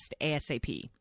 ASAP